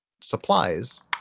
supplies